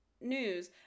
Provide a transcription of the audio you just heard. news